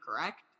correct